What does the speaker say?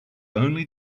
only